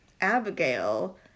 Abigail